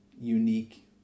unique